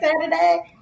Saturday